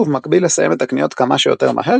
ובמקביל לסיים את הקניות כמה שיותר מהר,